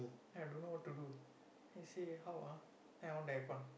then I don't know what to do then I say how ah then I on the aircon